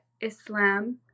Islam